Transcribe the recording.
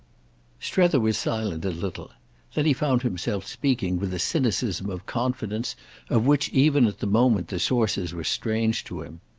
strether was silent a little then he found himself speaking with a cynicism of confidence of which even at the moment the sources were strange to him.